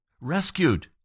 Rescued